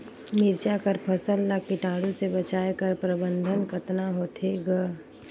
मिरचा कर फसल ला कीटाणु से बचाय कर प्रबंधन कतना होथे ग?